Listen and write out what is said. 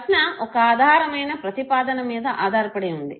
ప్రశ్న ఒక ఆధారమైన ప్రతిపాదన మీద ఆధారపడి వుంది